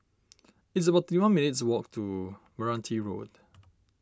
it's about thirty one minutes' walk to Meranti Road